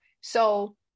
So-